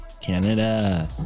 Canada